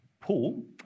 Paul